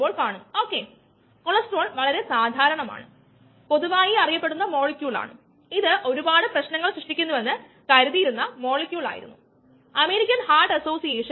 substrate concentration variation എന്ന ആശയം ഒരുപോലെ ആണ് പക്ഷേ ഇത് ഒരു എൻസൈം പ്രതികരണത്തിനുള്ളതാണ് അത് വളർച്ച കയ്നെറ്റിക്സ് ആണ്